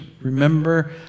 Remember